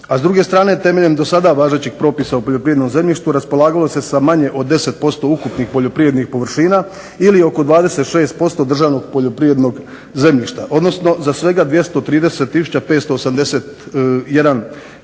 A s druge strane temeljem do sada važećih propisa o poljoprivrednom zemljištu raspolagalo se sa manje od 10% ukupnih poljoprivrednih površina ili oko 26% državnog poljoprivrednog zemljišta, odnosno za svega 230 tisuća